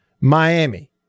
Miami